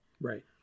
Right